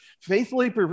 faithfully